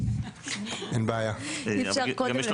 יש את